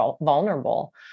vulnerable